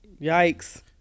Yikes